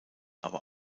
aber